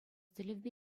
тӗллевпе